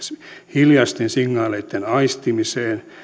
hiljaisten signaaleitten aistimiseen